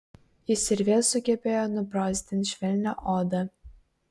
jis ir vėl sugebėjo nubrozdint švelnią odą